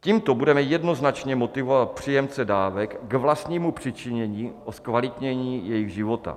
Tímto budeme jednoznačně motivovat příjemce dávek k vlastnímu přičinění o zkvalitnění jejich života.